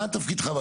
מה תפקידך.